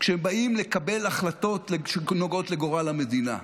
כשהם באים לקבל החלטות הנוגעות לגורל המדינה: